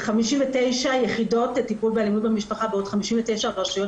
59 יחידות לטיפול באלימות במשפחה בעוד 59 רשויות